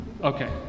Okay